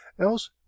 else